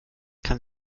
kann